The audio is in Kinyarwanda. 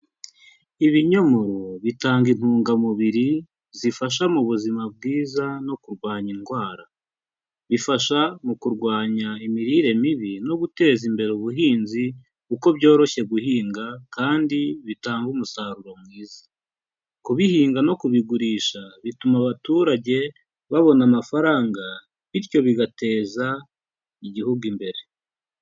Ibinyomoro bitanga intungamubiri zifasha mu buzima bwiza no kurwanya indwara, bifasha mu kurwanya imirire mibi no guteza imbere ubuhinzi kuko byoroshye guhinga kandi bitanga umusaruro mwiza, kubihinga no kubigurisha bituma abaturage babona amafaranga bityo bigateza igihugu imbere.